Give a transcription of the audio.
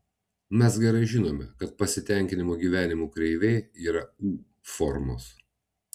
mes gerai žinome kad pasitenkinimo gyvenimu kreivė yra u formos